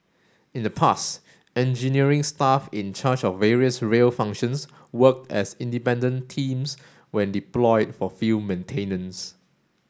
in the past engineering staff in charge of various rail functions worked as independent teams when deployed for field maintenance